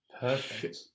Perfect